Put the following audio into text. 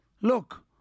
Look